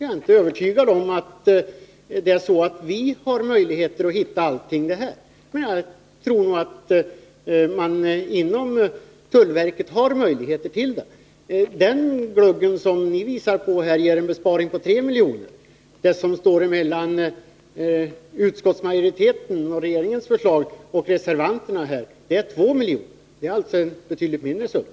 Jag är inte övertygad om att vi har förmågan att hitta alla möjligheter till besparingar, men jag tror att man har det inom tullverket. Den glugg som ni visar på ger en besparing på 3 milj.kr. Skillnaden mellan utskottsmajoritetens förslag — som följer regeringens — och reservanternas förslag är 2 milj.kr. Det är alltså en betydligt mindre summa.